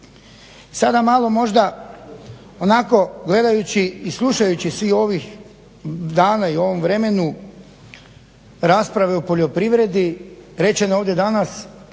Sada malo možda onako gledajući i slušajući svih ovih dana i u ovom vremenu rasprave o poljoprivredi, rečeno je ovdje danas